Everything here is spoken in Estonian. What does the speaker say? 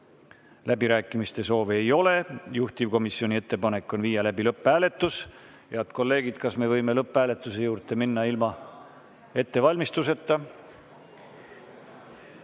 Läbirääkimiste soovi ei ole. Juhtivkomisjoni ettepanek on viia läbi lõpphääletus. Head kolleegid, kas me võime lõpphääletuse juurde minna ilma ettevalmistuseta? Austatud